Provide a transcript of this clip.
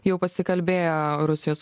jau pasikalbėjo rusijos